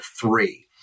three